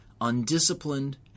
undisciplined